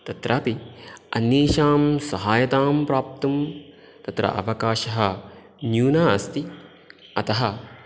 तत्रापि अन्येषां सहायतां प्राप्तुं तत्र अवकाशः न्यूनः अस्ति अतः